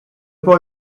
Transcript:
boy